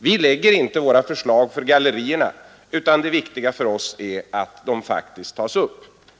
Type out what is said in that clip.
Vi lägger inte våra förslag för gallerierna utan det viktiga för oss är att de faktiskt tas upp.